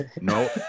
No